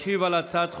ישיב על הצעת חוק-יסוד: